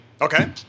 Okay